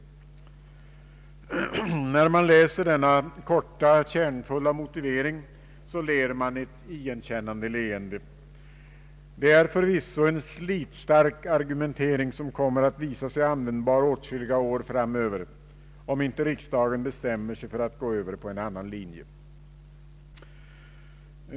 När man läser denna korta, kärnfulla motivering, ler man ett igenkännande leende. Detta är förvisso en slitstark argumentering som sannolikt kommer att visa sig användbar åtskilliga år framöver, om inte riksdagen bestämmer sig för att gå över på en annan linje.